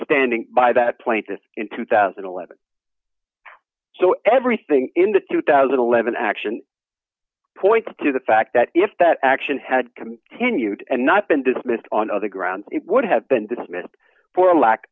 standing by that plaintiff in two thousand and eleven so everything in the two thousand and eleven action point to the fact that if that action had continued and not been dismissed on other grounds it would have been dismissed for lack